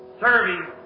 serving